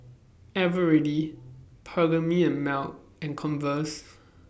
Eveready Perllini and Mel and Converse